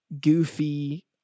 goofy